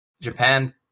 Japan